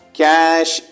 cash